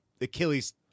Achilles